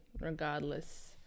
regardless